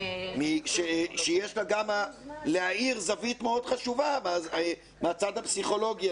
שיש לה גם להאיר זווית מאוד חשובה מהצד הפסיכולוגי.